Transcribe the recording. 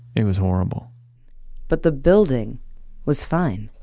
it was horrible but the building was fine.